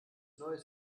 neues